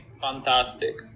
Fantastic